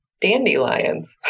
dandelions